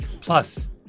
Plus